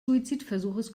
suizidversuches